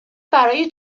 برای